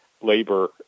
labor